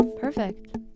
perfect